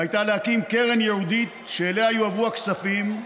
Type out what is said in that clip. הייתה להקים קרן ייעודית שאליה יועברו הכספים,